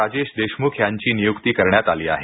राजेश देशमुख यांची नियुक्ती करण्यात आली आहे